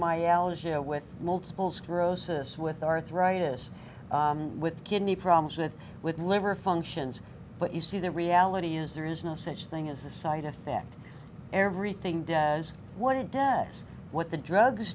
my allergy with multiple sclerosis with arthritis with kidney problems with with liver functions but you see the reality is there is no such thing as a side effect everything does what it does what the drugs